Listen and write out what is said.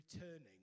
returning